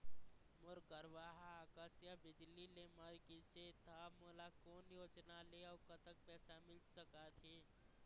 मोर गरवा हा आकसीय बिजली ले मर गिस हे था मोला कोन योजना ले अऊ कतक पैसा मिल सका थे?